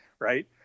right